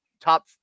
top